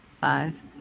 Five